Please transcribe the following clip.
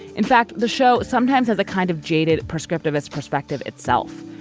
in fact the show sometimes has a kind of jaded prescriptive its perspective itself.